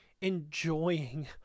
enjoying